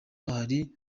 bari